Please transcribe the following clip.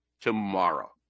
tomorrow